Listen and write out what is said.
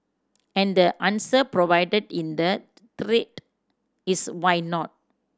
and the answer provided in the thread is why not